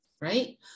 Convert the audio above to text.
right